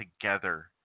together